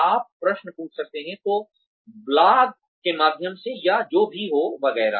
आप प्रश्न पूछ सकते हैं या तो ब्लॉग के माध्यम से या जो भी हो वगैरह